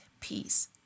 peace